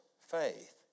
faith